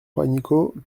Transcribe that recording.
juanico